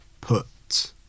put